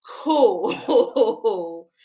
Cool